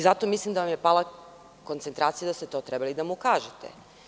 Zato mislim da vam je pala koncentracija i da ste to trebali da mu kažete.